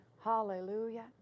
hallelujah